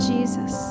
Jesus